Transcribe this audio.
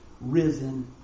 risen